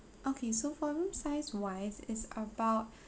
okay so for room size wise is about